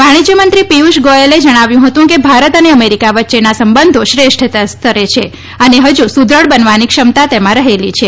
વાણિજ્યમંત્રી પિયુષ ગોયલે જણાવ્યું હતું કે ભારત અને અમેરિકા વચ્ચેના સંબંધો શ્રેષ્ઠ સ્તરે છે અને હજુ સુદ્રઢ બનવાની ક્ષમતા તેમાં રહેલી છે